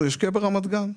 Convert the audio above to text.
הוא ישקיע ברמת גן.